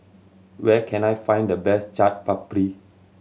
where can I find the best Chaat Papri